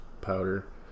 powder